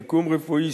שיקום רפואי,